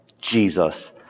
Jesus